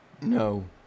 No